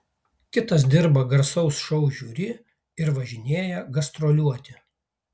kitas dirba garsaus šou žiuri ir važinėja gastroliuoti